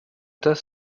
does